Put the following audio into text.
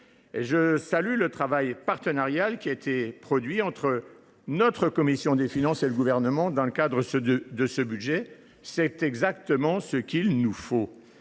Je salue le travail partenarial mené par notre commission des finances et le Gouvernement dans le cadre de ce budget. C’est exactement ce qu’il nous faut